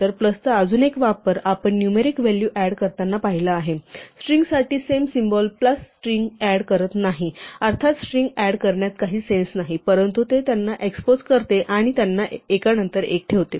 तर प्लसचा अजून एक वापर आपण नुमेरिक व्हॅलू ऍड करताना पाहिला आहे स्ट्रिंगसाठी same symbol plus string add करत नाही अर्थातच स्ट्रिंग ऍड करण्यात काही सेन्स नाही परंतु ते त्यांना एक्सपोस करते आणि त्यांना एका नंतर एक ठेवते